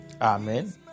Amen